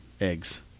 eggs